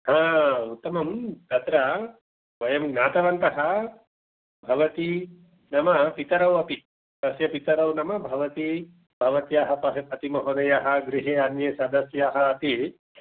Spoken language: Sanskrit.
उत्तमम् तत्र वयं ज्ञातवन्तः भवती नाम पितरौ अपि तस्य पितरौ नाम भवती भवत्याः पतिमहोदयः गृहे अन्ये सदस्याः अपि